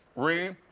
ree,